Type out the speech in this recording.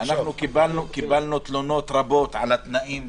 קיבלנו תלונות רבות על התנאים,